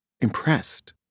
impressed